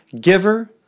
giver